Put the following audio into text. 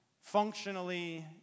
functionally